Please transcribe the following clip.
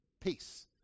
Peace